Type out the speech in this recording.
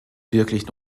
wirklich